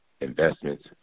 investments